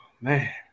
man